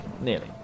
Nearly